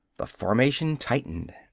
the formation tightened.